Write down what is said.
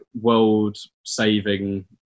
world-saving